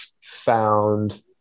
found